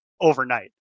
overnight